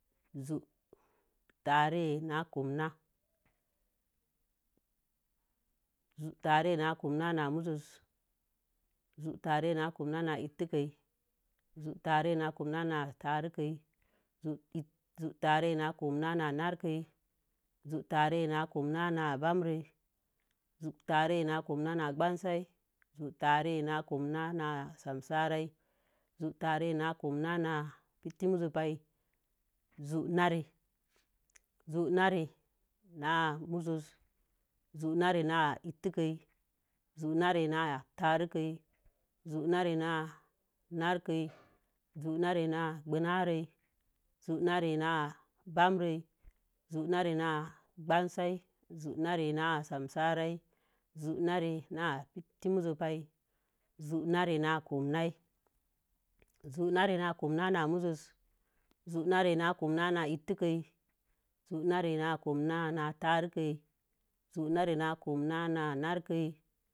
Zu taarei na komna, zu taarei na komna na muzi zu taarei na komna na ittəkə, zu taare na komna na tarakə, zu taare na komna na nakəi, zu taare na komna na gbanare, zu taare na komna na bamburo, zu taarei na komna na gbansai, zu taarei na komna na samsaarai, zu taarei na komna na piti muzoi zu narē, zu nare na muzōi zu nare na ittəzi, zu narē na ta'akə, zu nare na na'arei zu nare na gbanazii, zu nare na bamburon, zu nare na gbansai, zu nare na samsaarai, zu nare na piti muzozi zu nare na komnai, zu nare na komnai muzozi, zu nare na komnai ittəkə, zu nare na komnai tarkəi, zu nare na komnai narekə.